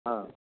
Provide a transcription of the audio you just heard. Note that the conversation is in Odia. ହଁ